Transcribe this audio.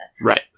Right